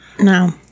No